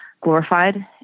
glorified